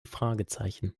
fragezeichen